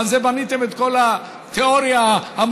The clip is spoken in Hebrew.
ועל זה בניתם את כל התיאוריה המופרכת.